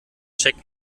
check